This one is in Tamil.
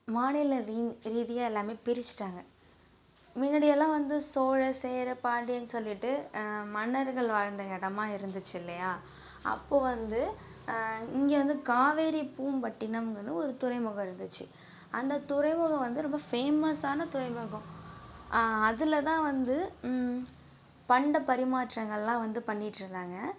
மாநில ரீ ரீதியாக எல்லாமே பிரிச்சுட்டாங்க முன்னாடி எல்லாம் வந்து சோழ சேர பாண்டியன்னு சொல்லிகிட்டு மன்னர்கள் வாழ்ந்த இடமா இருந்துச்சு இல்லையா அப்போ வந்து இங்கே வந்து காவேரிப்பூம்பட்டினம்னு ஒரு துறைமுகம் இருந்துச்சு அந்த துறைமுகம் வந்து ரொம்ப ஃபேமஸான துறைமுகம் அதில் தான் வந்து பண்ட பரிமாற்றங்கள்லாம் வந்து பண்ணிகிட்டு இருந்தாங்கள்